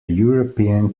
european